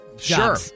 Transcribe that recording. Sure